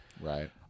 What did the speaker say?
right